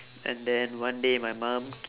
and then one day my mum